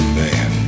man